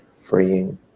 freeing